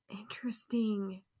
Interesting